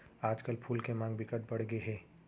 आजकल फूल के मांग बिकट बड़ गे हे